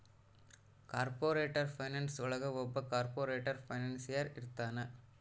corporate finance ಒಳಗ ಒಬ್ಬ corporate financier ಇರ್ತಾನ